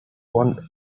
bond